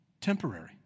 temporary